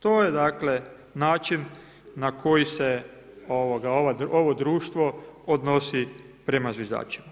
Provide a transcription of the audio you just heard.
To je dakle, način na koji se ovo društvo odnosi prema zviždačima.